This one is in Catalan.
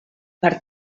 per